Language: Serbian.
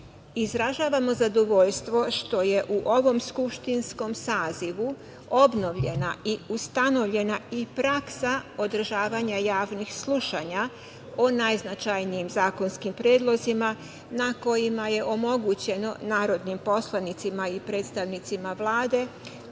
godinu. Izražavamo zadovoljstvo što je u ovom skupštinskom sazivu obnovljena i ustanovljena praksa održavanja javnih slušanja o najznačajnijim zakonskim predlozima na kojima je omogućeno narodnim poslanicima i predstavnicima Vlade,